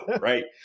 right